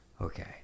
okay